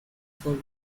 for